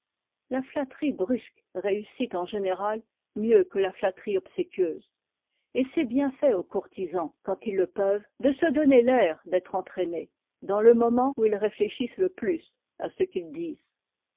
la flatterie brusque réussit en général mieux que la flatterie obséquieuse et c'est bien fait aux courtisans quand ils le peuvent de se donner l'air d'être entraînés dans le moment où ils réfléchissent le plus à ce qu'ils disent